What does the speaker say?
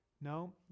No